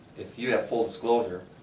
if you have full disclosure,